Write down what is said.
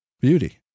beauty